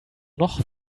noch